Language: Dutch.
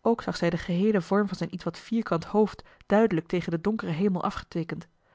ook zag zij den geheelen vorm van zijn ietwat vierkant hoofd duidelijk tegen den donkeren hemel afgeteekend